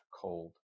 cold